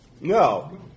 No